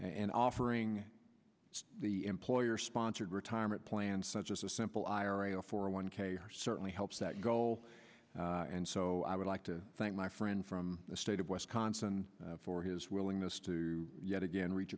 and offering the employer sponsored retirement plan such as a simple ira or four a one k or certainly helps that goal and so i would like to thank my friend from the state of wisconsin for his willingness to yet again reach